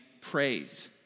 praise